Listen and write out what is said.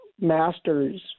masters